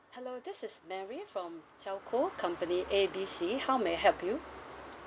hello this is mary from telco company A B C how may I help you